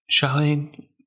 Charlene